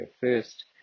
first